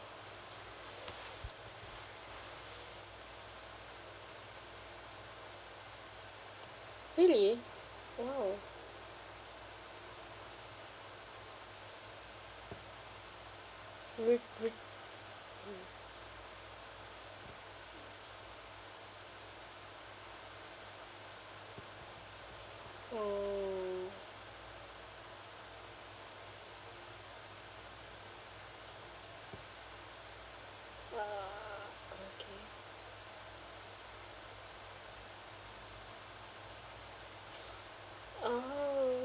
really !ow! with with !ow! !wah! okay !ow!